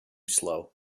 slow